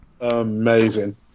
amazing